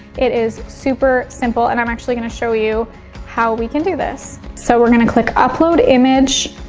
it is super simple. and i'm actually gonna show you how we can do this? so we're gonna click upload image.